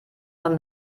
von